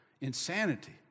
insanity